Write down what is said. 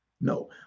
No